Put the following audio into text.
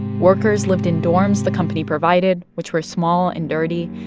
workers lived in dorms the company provided, which were small and dirty.